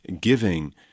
giving